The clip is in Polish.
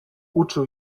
uczył